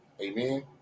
Amen